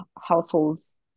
households